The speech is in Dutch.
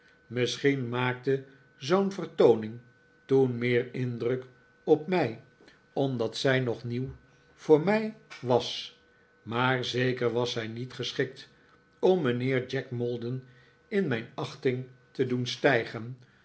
misschien maakte zoo'n vertooning toen meer indruk op mij omdat zij nog nieuw voor mij was maar zeker was zij niet geschikt om mijnheer jack maldon in mijn achting te doen stijgen